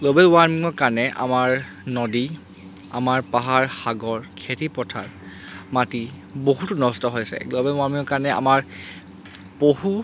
global ৱাৰ্মিঙৰ কাৰণে আমাৰ নদী আমাৰ পাহাৰ সাগৰ খেতিপথাৰ মাটি বহুতো নষ্ট হৈছে গ্ল'বেল ৱাৰ্মিঙৰ কাৰণে আমাৰ পশু